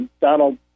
Donald